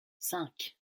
cinq